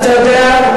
אתה יודע,